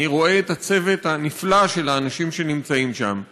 אני רואה את הצוות הנפלא של האנשים שנמצאים שם,